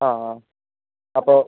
ആ ആ അപ്പോൾ